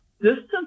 distance